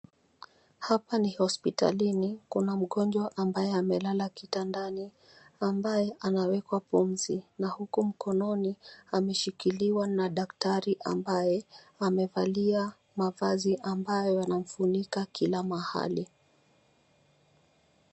Hapa ni hospitalini kuna mgonjwa ambaye amelala kitandani ambaye anawekwa pumzi na huku mkononi ameshikiliwa na daktari ambaye amevalia mavazi ambayo yanamfunika kila mahali.